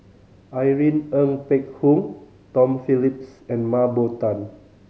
Irene Ng Phek Hoong Tom Phillips and Mah Bow Tan